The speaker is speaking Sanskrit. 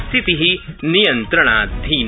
स्थिति नियन्त्रणाधीना